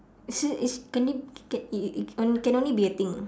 is it is can it can it it can only be a thing